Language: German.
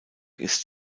ist